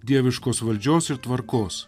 dieviškos valdžios ir tvarkos